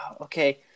Okay